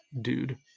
dude